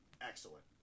excellent